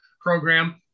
program